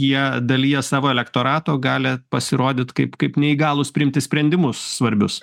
jie dalyje savo elektorato gali pasirodyt kaip kaip neįgalūs priimti sprendimus svarbius